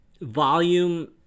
Volume